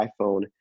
iPhone